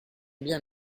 bien